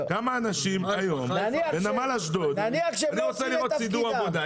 כמה אנשים היום בנמל אשדוד אני רוצה לראות סידור עבודה.